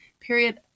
period